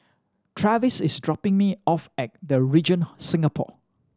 Travis is dropping me off at The Regent Singapore